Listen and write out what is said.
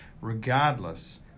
regardless